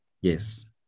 Yes